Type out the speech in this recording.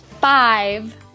five